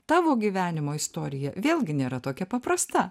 tavo gyvenimo istorija vėlgi nėra tokia paprasta